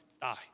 die